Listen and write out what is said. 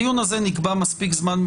אדוני המפכ"ל,